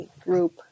group